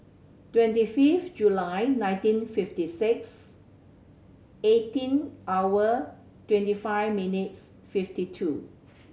twenty fifth July nineteen fifty six eighteen hour twenty five minutes fifty two